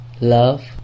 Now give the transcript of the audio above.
love